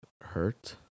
hurt